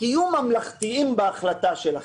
תהיו ממלכתיים בהחלטה שלכם.